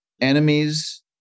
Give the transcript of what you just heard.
Enemies